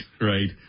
Right